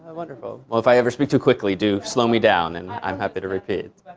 ah wonderful. well, if i ever speak too quickly, do slow me down. and i'm happy to repeat.